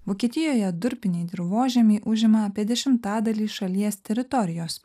vokietijoje durpiniai dirvožemiai užima apie dešimtadalį šalies teritorijos